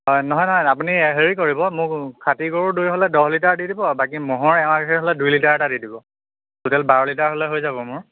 হয় নহয় নহয় আপুনি হেৰি কৰিব মোক খাতি গৰুৰ দৈ হ'লে দহ লিটাৰ দি দিব বাকী ম'হৰ এঁৱা গাখীৰ হ'লে দুই লিটাৰ এটা দি দিব টোটেল বাৰ লিটাৰ হ'লে হৈ যাব মোৰ